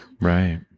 Right